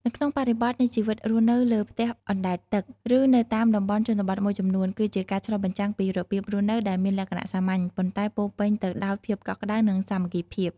នៅក្នុងបរិបទនៃជីវិតរស់នៅលើផ្ទះអណ្ដែតទឹក ឬនៅតាមតំបន់ជនបទមួយចំនួន គឺជាការឆ្លុះបញ្ចាំងពីរបៀបរស់នៅដែលមានលក្ខណៈសាមញ្ញ ប៉ុន្តែពោរពេញទៅដោយភាពកក់ក្ដៅ និងសាមគ្គីភាព។